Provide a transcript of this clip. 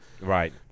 right